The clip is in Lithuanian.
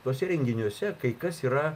tuose renginiuose kai kas yra